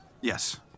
Yes